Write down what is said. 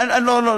לא, לא,